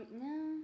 no